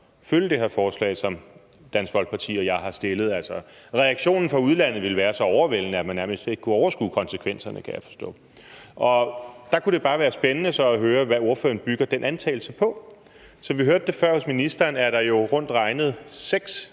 følge det her forslag, som Dansk Folkeparti har fremsat. Altså, reaktionen fra udlandet ville være så overvældende, at man nærmest ikke ville kunne overskue konsekvenserne, kan jeg forstå. Der kunne det bare være spændende at høre, hvad ordføreren bygger den antagelse på. Vi hørte før fra ministeren, at der rundt regnet er seks